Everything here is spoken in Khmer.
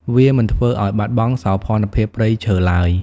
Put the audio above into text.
វាមិនធ្វើឱ្យបាត់បង់សោភ័ណភាពព្រៃឈើឡើយ។